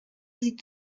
sie